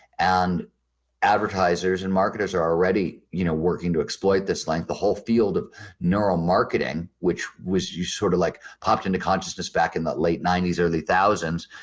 and advertisers and marketers are already you know working to exploit this link. the whole field of neuromarketing which was you sort of like popped into consciousness back in the late ninety s early thousands,